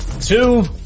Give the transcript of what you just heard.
two